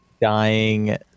Dying